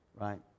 right